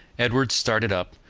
edward started up,